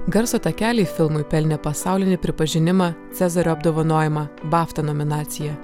garso takelį filmui pelnė pasaulinį pripažinimą cezario apdovanojimą bafta nominacija